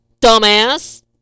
dumbass